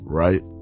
right